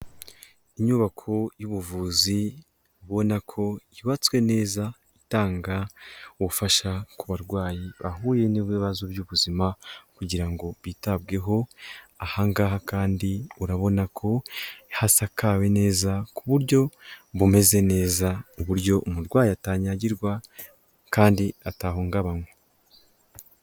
Inyubako y'ubuvuzi ubona ko yubatswe neza, itanga ubufasha ku barwayi bahuye n'ibibazo by'ubuzima kugira ngo bitabweho, aha ngaha kandi urabona ko hasakawe neza ku buryo bumeze neza, ku buryo umurwayi atanyagirwa kandi atahungabanywa.